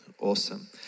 Awesome